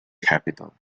capital